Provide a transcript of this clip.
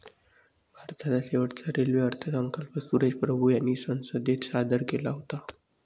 भारताचा शेवटचा रेल्वे अर्थसंकल्प सुरेश प्रभू यांनी संसदेत सादर केला होता